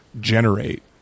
generate